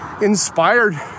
inspired